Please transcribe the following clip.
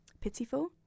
Pitiful